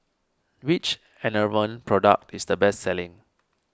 which Enervon product is the best selling